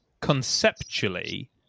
conceptually